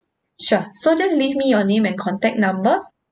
sure so just leave me your name and contact number